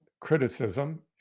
criticism